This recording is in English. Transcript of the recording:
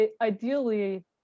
ideally